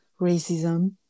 racism